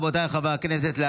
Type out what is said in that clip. רבותיי חברי הכנסת,